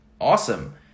awesome